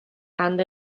hand